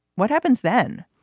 what happens then?